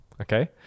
okay